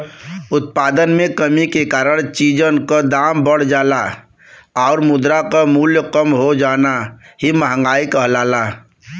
उत्पादन में कमी के कारण चीजन क दाम बढ़ जाना आउर मुद्रा क मूल्य कम हो जाना ही मंहगाई कहलाला